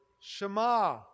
Shema